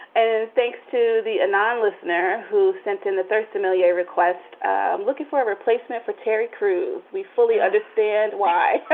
and thanks to the anon listener who sent in the third familiar request, i'm looking for a replacement for terry crews. we fully understand why